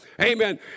Amen